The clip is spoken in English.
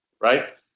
Right